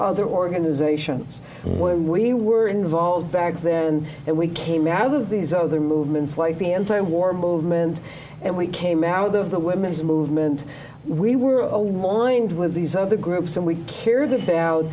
other organizations when we were involved back then and we came out of these other movements like the anti war movement and we came out of the women's movement we were alone lined with these other groups and we care th